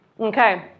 okay